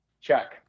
check